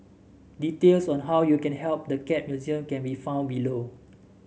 details on how you can help the Cat Museum can be found below